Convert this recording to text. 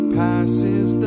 passes